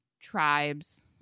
tribes